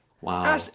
Wow